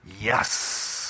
yes